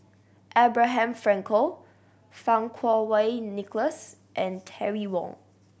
Abraham Frankel Fang Kuo Wei Nicholas and Terry Wong